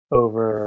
over